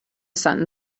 sun